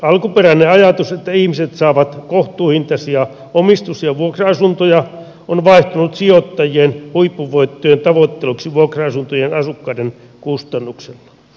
alkuperäinen ajatus että ihmiset saavat kohtuuhintaisia omistus ja vuokra asuntoja on vaihtunut sijoittajien huippuvoittojen tavoitteluksi vuokra asuntojen asukkaiden kustannuksella